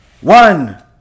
One